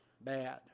bad